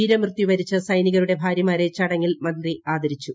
വീരമൃത്യു വരിച്ച സൈനികരുടെ ഭാര്യമാരെ ചടങ്ങിൽ മന്ത്രി ആദരിച്ചു